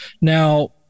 Now